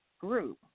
group